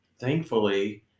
thankfully